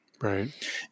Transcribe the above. Right